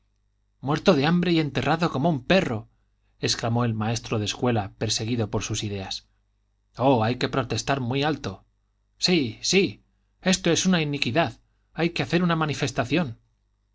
muerto de hambre y enterrado como un perro exclamó el maestro de escuela perseguido por sus ideas oh hay que protestar muy alto sí sí esto es una iniquidad hay que hacer una manifestación